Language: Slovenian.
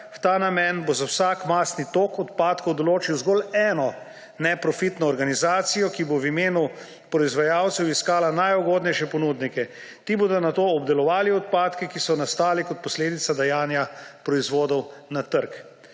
V ta namen bo za vsak masni tok odpadkov določil zgolj eno neprofitno organizacijo, ki bo v imenu proizvajalcev iskala najugodnejše ponudnike. Ti bodo nato obdelovali odpadke, ki so nastali kot posledica dajanja proizvodov na trg.